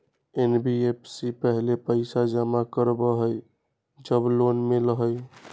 NBFC पहले पईसा जमा करवहई जब लोन मिलहई?